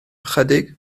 ychydig